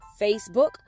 Facebook